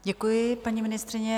Děkuji, paní ministryně.